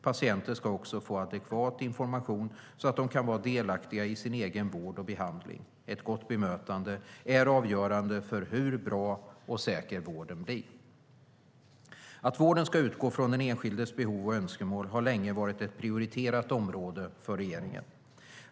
Patienter ska också få adekvat information så att de kan vara delaktiga i sin egen vård och behandling. Ett gott bemötande är avgörande för hur bra och säker vården blir. Att vården ska utgå från den enskildes behov och önskemål har länge varit ett prioriterat område för regeringen.